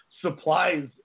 supplies